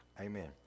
Amen